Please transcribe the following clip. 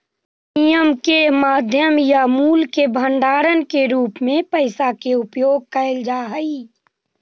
विनिमय के माध्यम या मूल्य के भंडारण के रूप में पैसा के उपयोग कैल जा हई